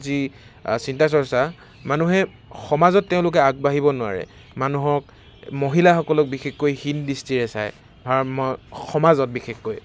যি চিন্তা চৰ্চা মানুহে সমাজত তেওঁলোকে আগবাঢ়িব নোৱাৰে মানুহক মহিলাসকলক বিশেষকৈ হীন দৃষ্টিৰে চাই সমাজত বিশেষকৈ